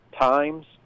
times